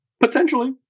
Potentially